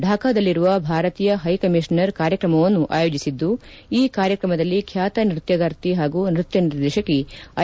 ಢಾಕಾದಲ್ಲಿರುವ ಭಾರತೀಯ high commissioner ಕಾರ್ಯಕ್ರಮವನ್ನು ಆಯೋಜಿಸಿದ್ದು ಈ ಕಾರ್ಯಕ್ರಮದಲ್ಲಿ ಖ್ಯಾತ ನೃತ್ಯಗಾರ್ತಿ ಹಾಗೂ ನೃತ್ಯ ನಿರ್ದೇಶಕಿ ಐ